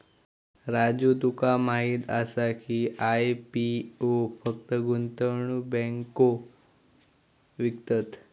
राजू तुका माहीत आसा की, आय.पी.ओ फक्त गुंतवणूक बँको विकतत?